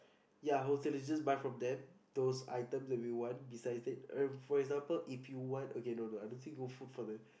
ya wholesale is just buy from them those items that we want besides it uh for example if you want okay no no I don't think you want food from there